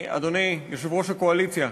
אדוני יושב-ראש הקואליציה,